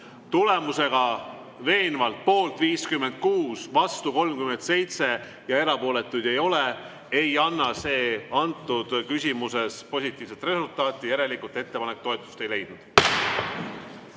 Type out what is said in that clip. tulemusega poolt 56, vastu 37 ja erapooletuid ei ole, ei anna see antud küsimuses positiivset resultaati, järelikult ettepanek toetust ei leidnud. Kalle